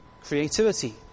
creativity